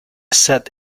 set